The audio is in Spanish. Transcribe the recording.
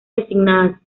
designadas